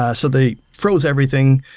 ah so they froze everything,